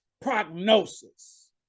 prognosis